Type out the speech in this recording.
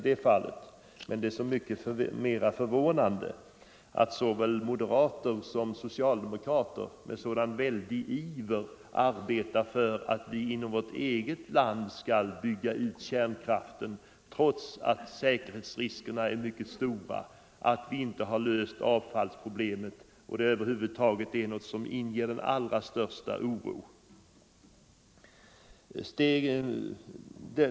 Det är så mycket mera förvånande att såväl moderater som socialdemokrater med sådan väldig iver arbetar för att vi inom vårt eget land skall bygga ut kärnkraften, trots att säkerhetsriskerna är mycket stora, trots att vi inte har löst avfallsfrågan — problem som inger den allra största oro.